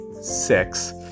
six